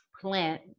plant